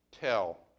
Tell